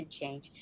Change